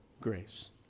grace